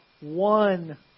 one